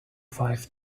five